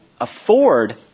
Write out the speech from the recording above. afford